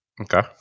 Okay